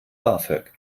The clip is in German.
bafög